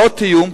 לא תיאום,